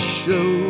show